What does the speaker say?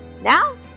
Now